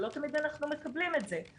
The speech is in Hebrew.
ולא תמיד אנחנו מקבלים את זה.